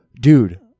dude